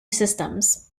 systems